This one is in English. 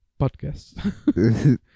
podcast